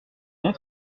vont